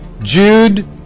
Jude